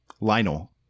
Lionel